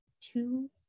two